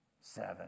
Seven